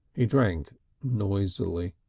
he drank noisily.